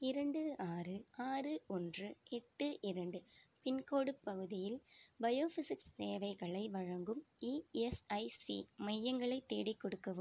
இரண்டு ஆறு ஆறு ஒன்று எட்டு இரண்டு பின்கோடு பகுதியில் பயோஃபிஸிக்ஸ் சேவைகளை வழங்கும் ஈஎஸ்ஐசி மையங்களை தேடி கொடுக்கவும்